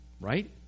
Right